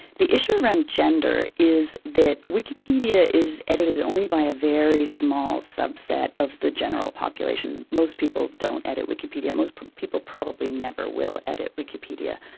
the issue around gender is that wikipedia is edited only by a very small subset of the general population. most people don't edit wikipedia, most people probably never will edit wikipedia.